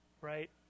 right